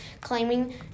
claiming